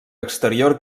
exterior